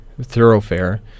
thoroughfare